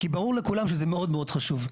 כי ברור לכולם שזה מאוד מאוד חשוב.